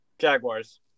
Jaguars